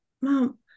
mom